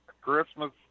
Christmas